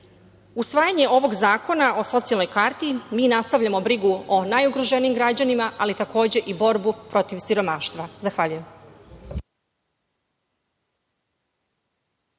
sistem. Usvajanjem ovog zakona o socijalnoj karti mi nastavljamo brigu o najugroženijim građanima, ali takođe i borbu protiv siromaštva. Zahvaljujem.